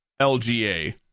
LGA